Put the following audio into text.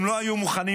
הם לא היו מוכנים